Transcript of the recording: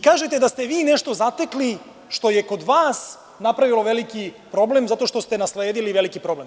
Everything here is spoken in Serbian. Kažete da ste vi nešto zatekli što je kod vas napravilo veliki problem zato što ste nasledili veliki problem.